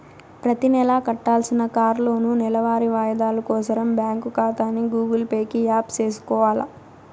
ప్రతినెలా కట్టాల్సిన కార్లోనూ, నెలవారీ వాయిదాలు కోసరం బ్యాంకు కాతాని గూగుల్ పే కి యాప్ సేసుకొవాల